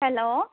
hello